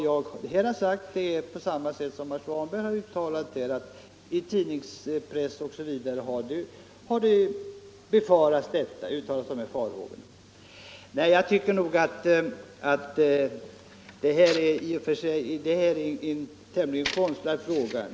Jag har, liksom herr Svanberg, sagt att dessa farhågor har uttalats i pressen. Jag tycker att detta i och för sig är en konstlad fråga.